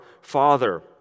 Father